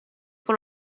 con